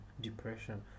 depression